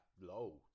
low